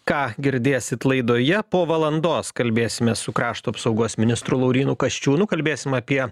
ką girdėsit laidoje po valandos kalbėsimės su krašto apsaugos ministru laurynu kasčiūnu kalbėsim apie